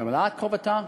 היא ממלאת את חובתה.